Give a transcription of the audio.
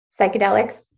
psychedelics